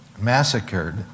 massacred